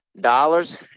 dollars